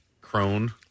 crone